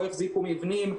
לא החזיקו מבנים,